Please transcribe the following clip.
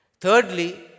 Thirdly